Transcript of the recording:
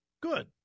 Good